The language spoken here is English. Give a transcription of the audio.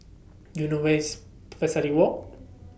Do YOU know Where IS Pesari Walk